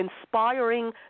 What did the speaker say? inspiring